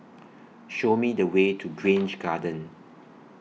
Show Me The Way to Grange Garden